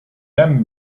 lames